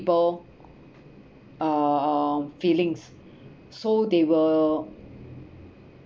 people uh feelings so they will